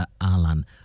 Alan